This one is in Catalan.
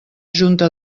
junta